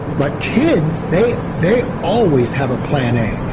but kids they they always have a plan a.